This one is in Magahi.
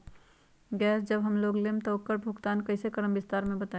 गैस जब हम लोग लेम त उकर भुगतान कइसे करम विस्तार मे बताई?